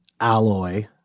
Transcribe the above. alloy